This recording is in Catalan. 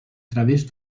través